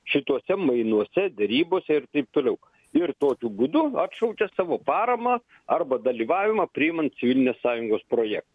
šituose mainuose derybose ir taip toliau ir tokiu būdu atšaukė savo paramą arba dalyvavimą priimant civilinės sąjungos projektą